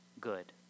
good